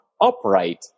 upright